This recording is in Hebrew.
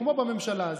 כמו בממשלה הזאת.